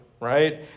Right